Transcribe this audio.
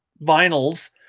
vinyls